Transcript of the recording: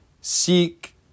seek